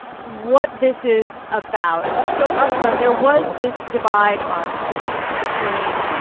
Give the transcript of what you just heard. what this is about. so, asma, there was this divide on stage between